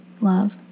Love